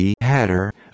header